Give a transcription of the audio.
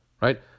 right